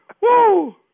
Woo